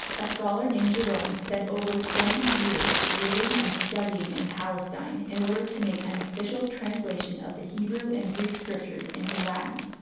a scholar named jerome spent over twenty years living and studying in and palestine in order to make an official translation of the hebrew and greek scriptures into latin.